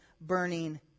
burning